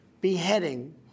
beheading